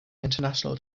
international